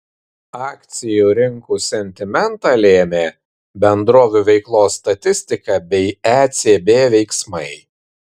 akcijų rinkų sentimentą lėmė bendrovių veiklos statistika bei ecb veiksmai